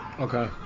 Okay